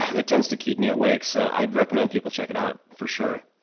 it tends to keep me awake, so i'd recommend people check it out for sure.